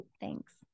Thanks